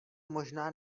možná